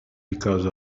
because